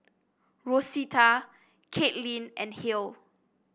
Rosetta Kaitlyn and Halle